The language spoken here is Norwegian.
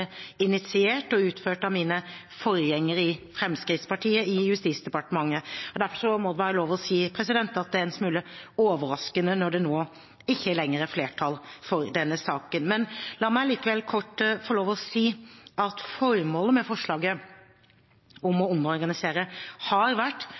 initiert og utført av mine forgjengere fra Fremskrittspartiet i Justisdepartementet. Derfor må det være lov til å si at det er en smule overraskende når det nå ikke lenger er flertall for denne saken. La meg likevel kort få lov til å si at formålet med forslaget om